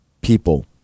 people